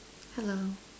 hello